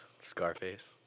Scarface